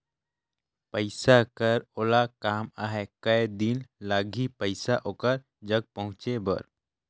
पइसा कर ओला काम आहे कये दिन लगही पइसा ओकर जग पहुंचे बर?